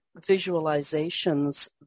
visualizations